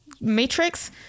matrix